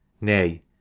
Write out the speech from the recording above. nay